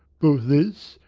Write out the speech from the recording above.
both this,